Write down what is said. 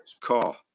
car